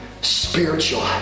Spiritual